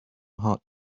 hot